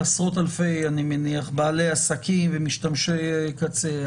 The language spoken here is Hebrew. על עשרות אלפי בעלי עסקים ומשתמשי קצה.